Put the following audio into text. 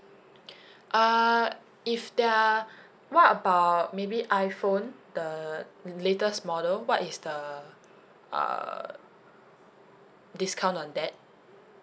err if there are what about maybe iphone the latest model what is the err discount on that